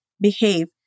behave